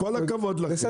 עם כל הכבוד לכם,